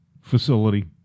facility